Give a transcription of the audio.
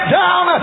down